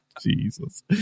Jesus